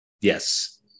Yes